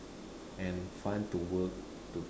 and fun to work too